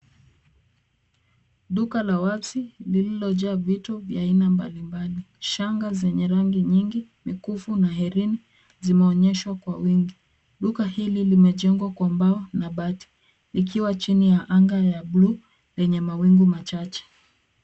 Duka la wazi liliojaa vitu vya aina mbalimbali. Shanga zenye rangi nyingi, mikufu na herini zimeonyeshwa kwa wingi. Duka hili limejengwa kwa mbao na bati likiwa chini ya anga la buluu lenye mawingu machache.